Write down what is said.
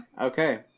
Okay